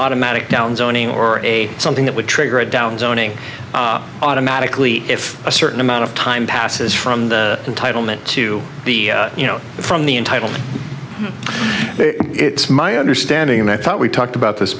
automatic down zoning or a something that would trigger a down zoning automatically if a certain amount of time passes from the entitlement to the you know from the entitlement it's my understanding and i thought we talked about this